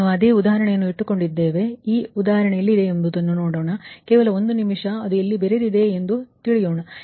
ಆದ್ದರಿಂದ ನಾವು ಅದೇ ಉದಾಹರಣೆಯನ್ನು ಇಟ್ಟುಕೊಂಡಿದ್ದೇವೆ ಆ ಉದಾಹರಣೆ ಎಲ್ಲಿದೆ ಎಂದು ನೋಡೋಣ ಕೇವಲ ಒಂದು ನಿಮಿಷ ಅದು ಎಲ್ಲಿ ಬೆರೆತಿದೆ ಎಂದು ನೋಡೋಣ